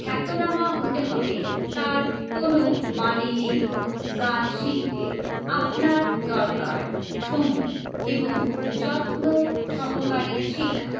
খ্যাতনামা হতে হবে তার কোনো মানে নেই গান শিখতে আপনার দরকার সময় এবং যত্ন সহকারে শিক্ষা